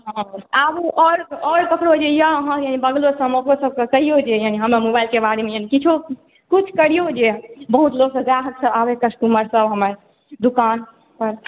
हँ आबु और ककरो जे यऽ जे अहाँकेँ बगलो सभमे ओकरो सभकेँ कनि कहिऔ जे हमरा मोबाइलके बारेमे किछो किछु करिऔ जे बहुत ग्राहक सभ आबैया कस्टमर सभ हमर दुकान पर